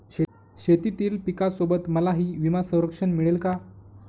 शेतीतील पिकासोबत मलाही विमा संरक्षण मिळेल का?